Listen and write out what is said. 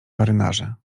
marynarze